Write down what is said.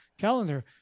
calendar